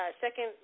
second